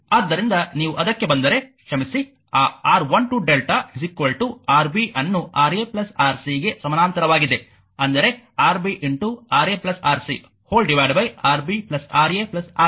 ಆದ್ದರಿಂದ ನೀವು ಅದಕ್ಕೆ ಬಂದರೆ ಕ್ಷಮಿಸಿ ಆ R1 2 lrmlrmΔ Rb ಅನ್ನು Ra Rcಗೆ ಸಮಾನಾಂತರವಾಗಿದೆ ಅಂದರೆ Rb Ra Rc Rb Ra Rc